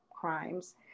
crimes